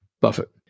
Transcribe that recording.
Buffett